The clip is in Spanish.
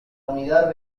unidad